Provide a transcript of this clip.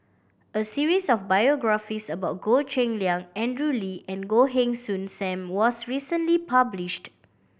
a series of biographies about Goh Cheng Liang Andrew Lee and Goh Heng Soon Sam was recently published